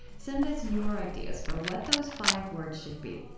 send us your ideas for what those five words should be.